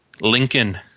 Lincoln